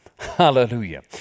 Hallelujah